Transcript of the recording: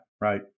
right